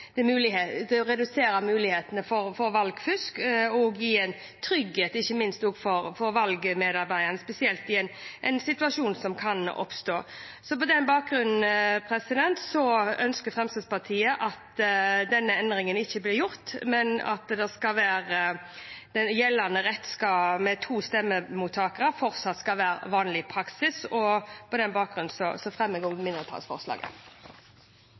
en trygghet, ikke minst for valgmedarbeideren, i en situasjon som kan oppstå. På den bakgrunn ønsker Fremskrittspartiet at denne endringen ikke blir gjort, men at gjeldende rett med to stemmemottakere fortsatt skal være vanlig praksis. Jeg lover å holde færre innlegg enn forrige statsråd som sto på talerstolen. La meg begynne med å si at saksordføreren på en utmerket måte har redegjort for hvorfor det